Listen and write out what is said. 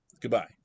Goodbye